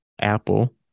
Apple